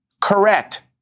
Correct